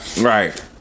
Right